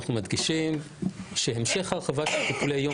אנחנו מדגישים שהמשך הרחבת טיפולי יום